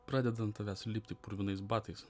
pradeda ant tavęs lipti purvinais batais